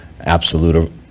absolute